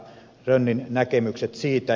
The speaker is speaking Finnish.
rönnin näkemykset siitä